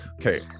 Okay